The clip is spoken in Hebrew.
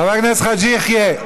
חבר הכנסת, חבר הכנסת חאג' יחיא,